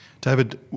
david